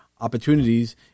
opportunities